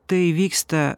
tai vyksta